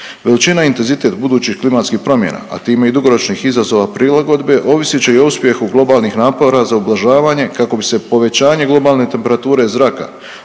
Veličina i intenzitet budućih klimatskih promjena, a time i dugoročnih izazova prilagodbe ovisit će i o uspjehu globalnih napora za ublažavanje kako bi se povećanje globalne temperature zraka